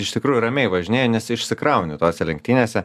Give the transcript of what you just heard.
iš tikrųjų ramiai važinėju nes išsikrauni tose lenktynėse